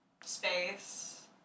space